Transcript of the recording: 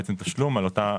תשלום על הפעילות.